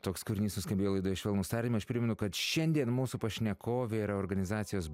toks kūrinys suskambėjo laidoje švelnūs tardymai aš primenu kad šiandien mūsų pašnekovė yra organizacijos